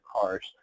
cars